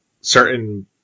certain